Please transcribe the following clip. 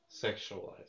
sexualized